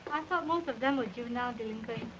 i thought most of them were juvenile delinquents